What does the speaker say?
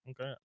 okay